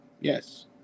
Yes